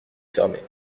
fermé